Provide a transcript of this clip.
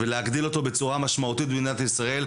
ולהגדיל אותו בצורה משמעותית במדינת ישראל,